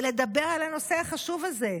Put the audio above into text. ולדבר על הנושא החשוב הזה,